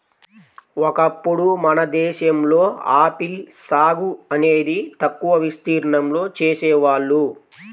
ఒకప్పుడు మన దేశంలో ఆపిల్ సాగు అనేది తక్కువ విస్తీర్ణంలో చేసేవాళ్ళు